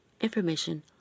information